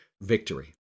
victory